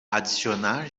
adicionar